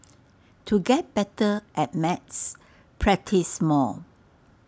to get better at maths practise more